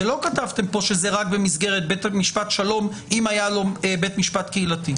כי לא כתבתם פה שזה רק במסגרת בית משפט שלום אם היה לו בית משפט קהילתי.